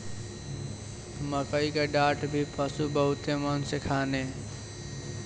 मकई के डाठ भी पशु बहुते मन से खाने